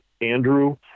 Andrew